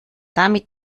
damit